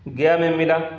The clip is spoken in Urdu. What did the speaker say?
گیا میں ملا